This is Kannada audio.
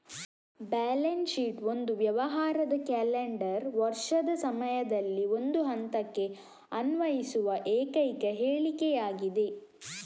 ಬ್ಯಾಲೆನ್ಸ್ ಶೀಟ್ ಒಂದು ವ್ಯವಹಾರದ ಕ್ಯಾಲೆಂಡರ್ ವರ್ಷದ ಸಮಯದಲ್ಲಿ ಒಂದು ಹಂತಕ್ಕೆ ಅನ್ವಯಿಸುವ ಏಕೈಕ ಹೇಳಿಕೆಯಾಗಿದೆ